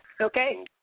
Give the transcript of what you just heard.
Okay